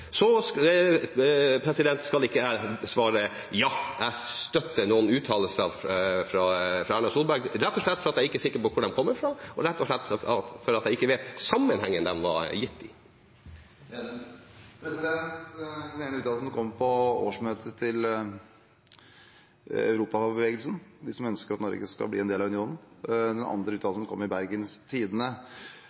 Så skal ikke jeg svare ja, jeg støtter noen uttalelser fra Erna Solberg, rett og slett fordi jeg ikke er sikker på hvor de kommer fra, og fordi jeg ikke vet sammenhengen de ble gitt i. Den ene uttalelsen kom på årsmøtet til Europabevegelsen, som ønsker at Norge skal bli en del av unionen. Den andre uttalelsen kom i